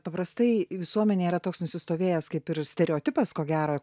paprastai visuomenėj yra toks nusistovėjęs kaip ir stereotipas ko gero